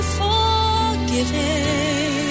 forgiving